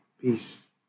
Peace